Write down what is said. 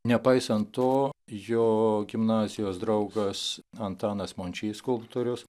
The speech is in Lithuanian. nepaisant to jo gimnazijos draugas antanas mončys skulptorius